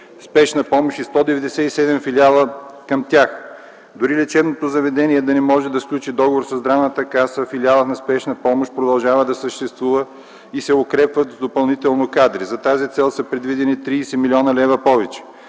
спешна помощ и 197 филиала към тях. Дори лечебното заведение да не може да сключи договор със Здравната каса, филиалът на спешна помощ продължава да съществува и допълнително се укрепва с кадри. За тази цел са предвидени 30 млн. лв. повече.